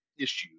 Issues